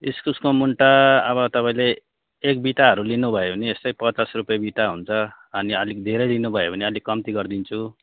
इस्कुसको मुन्टा अब तपाईँले एक बिटाहरू लिनुभयो भने यस्तै पचास रुपियाँ बिटा हुन्छ अनि अलिक धेरै लिनुभयो भने अलिक कम्ती गरिदिन्छु